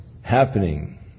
happening